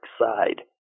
side